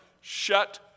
shut